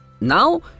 Now